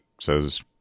says